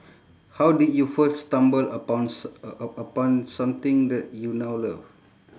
how did you first stumble upon s~ u~ u~ upon something that you now love